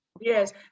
Yes